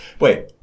Wait